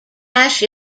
ash